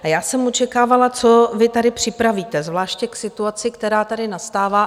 A já jsem očekávala, co vy připravíte, zvláště v situaci, která tady nastává.